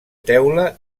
teula